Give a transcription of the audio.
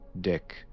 Dick